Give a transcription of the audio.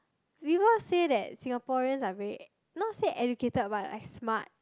people say that Singaporeans are very not say educated but like smart